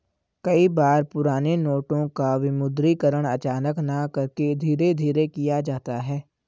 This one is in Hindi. कई बार पुराने नोटों का विमुद्रीकरण अचानक न करके धीरे धीरे किया जाता है